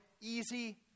easy